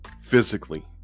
physically